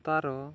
ତା'ର